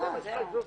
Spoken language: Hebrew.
זה מה שחשוב,